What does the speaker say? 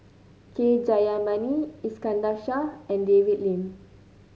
K Jayamani Iskandar Shah and David Lim